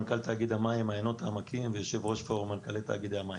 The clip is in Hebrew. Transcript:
מנכ"ל תאגיד המים מעיינות העמקים ויושב-ראש מנכ"לי תאגידי המים.